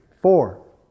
Four